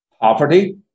Poverty